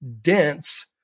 dense